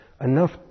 Enough